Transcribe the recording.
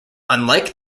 unlike